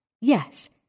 Yes